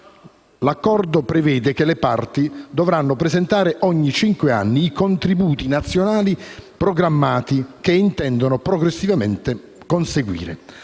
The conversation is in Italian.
Accordo prevede che le parti dovranno presentare ogni cinque anni i contributi nazionali programmati che intendono progressivamente conseguire.